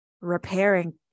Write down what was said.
repairing